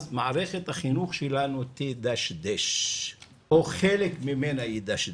אז מערכת החינוך שלנו תדשדש או חלק ממנה ידשדש.